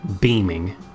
beaming